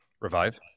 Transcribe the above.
revive